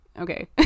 okay